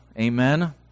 Amen